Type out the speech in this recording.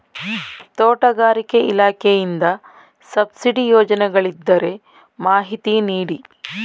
ತೋಟಗಾರಿಕೆ ಇಲಾಖೆಯಿಂದ ಸಬ್ಸಿಡಿ ಯೋಜನೆಗಳಿದ್ದರೆ ಮಾಹಿತಿ ನೀಡಿ?